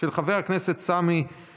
עברה בקריאה הראשונה,